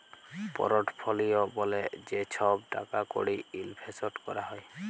portfolio ব্যলে যে ছহব টাকা কড়ি ইলভেসট ক্যরা হ্যয়